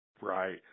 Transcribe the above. Right